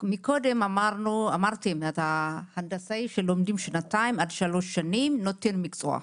מקודם אמרתם שהנדסאים שלומדים שנתיים עד שלוש שנים נותן מקצוע.